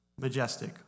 majestic